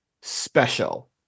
special